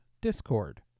Discord